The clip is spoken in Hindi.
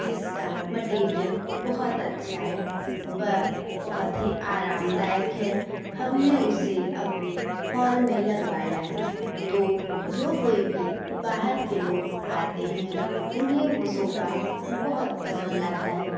जिसका मटेरियल बहुत अच्छा है वह बहुत ही आरामदायक है हमने उसे अपने हॉल में लगवाया है तो जो कोई भी बाहर के लोग आते हैं उन्हें वह सोफ़ा बहुत पसंद आता है